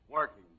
Working